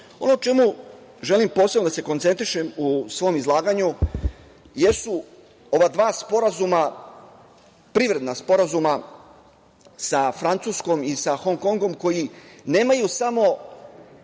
na šta želim posebno da se koncentrišem u svom izlaganju jesu ova dva sporazuma, privredna sporazuma sa Francuskom i sa Hong Kongom koji nemaju samo